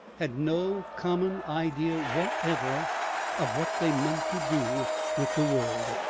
had no common idea whatever of what they meant to do with the world.